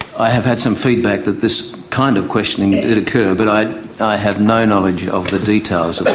i have had some feedback that this kind of questioning did occur but i i have no knowledge of the details of that